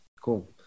Cool